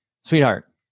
sweetheart